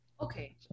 Okay